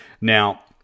Now